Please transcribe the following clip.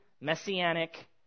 messianic